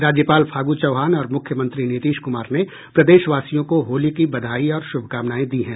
राज्यपाल फागू चौहान और मुख्यमंत्री नीतीश कुमार ने प्रदेशवासियों को होली की बधाई और शुभकामनाएं दी हैं